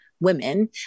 women